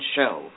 Show